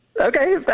Okay